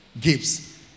gives